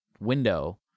window